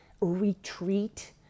retreat